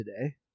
today